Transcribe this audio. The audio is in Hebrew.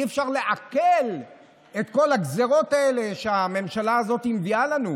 אי-אפשר לעכל את כל הגזרות האלה שהממשלה הזאת מביאה לנו,